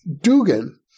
Dugan